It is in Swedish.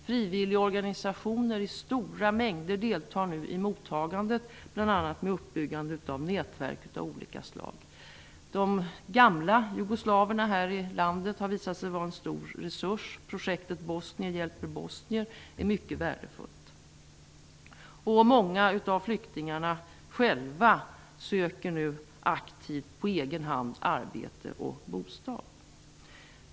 Frivilligorganisationer i stora mängder deltar nu i mottagandet, bl.a. med uppbyggande av nätverk av olika slag. De ''gamla'' jugoslaverna här i landet har visat sig vara en stor resurs. Projektet bosnier hjälper bosnier är mycket värdefullt. Många av flyktingarna själva söker nu aktivt på egen hand arbete och bostad.